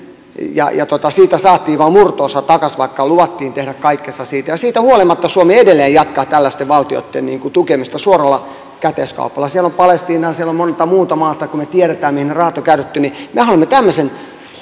ja ja siitä saatiin vain murto osa takaisin vaikka lupasivat tehdä kaikkensa ja siitä huolimatta suomi edelleen jatkaa tällaisten valtioitten tukemista suoralla käteiskaupalla siellä on palestiinaa siellä on monta muuta maata kun me tiedämme mihin ne rahat on käytetty me haluamme tämmöisen